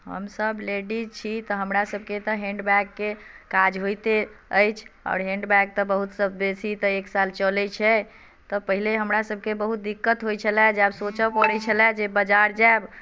हमसभ लेडीज छी तऽ हमरासबभके तऽ हैंडबैगके काज होइते अछि आओर हैंडबैग तऽ बहुतसँ बेसी तऽ एक साल चलैत छै तऽ पहिले हमरासभके बहुत दिक्कत होइत छलए जे आब सोचय पड़ैत छलए जे बाजार जायब